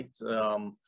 right